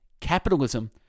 Capitalism